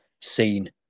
seen